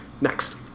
Next